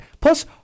plus